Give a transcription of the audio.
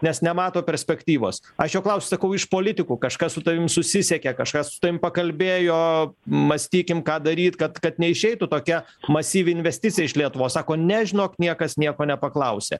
nes nemato perspektyvos aš jo klausiu sakau iš politikų kažkas su tavim susisiekė kažkas su tavim pakalbėjo mąstykim ką daryt kad kad neišeitų tokia masyvi investicija iš lietuvos sako ne žinok niekas nieko nepaklausė